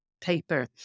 paper